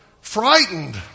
Frightened